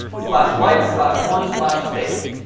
slash light slash one slash state.